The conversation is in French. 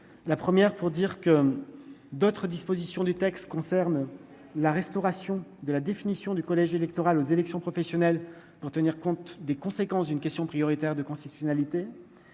la première pour dire que d'autres dispositions du texte concerne la restauration de la définition du collège électoral aux élections professionnelles, pour tenir compte des conséquences d'une question prioritaire de constitutionnalité